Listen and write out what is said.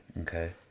Okay